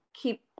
keep